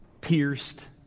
pierced